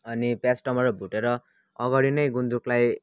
अनि प्याज टमटर भुटेर अगाडि नै गुन्द्रुकलाई